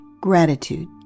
Gratitude